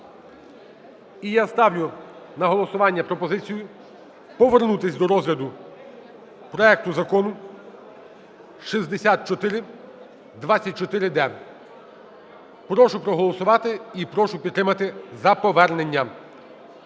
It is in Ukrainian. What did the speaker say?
І я ставлю на голосування пропозицію повернутись до розгляду проекту Закону 6424-д. Прошу проголосувати і прошу підтримати за повернення.